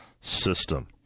system